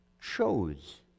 chose